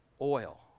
oil